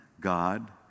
God